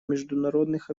международных